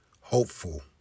hopeful